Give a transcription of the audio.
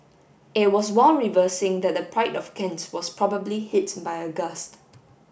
it was while reversing that the Pride of Kent was probably hit by a gust